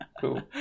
cool